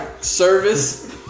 service